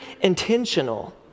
intentional